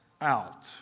out